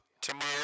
tomorrow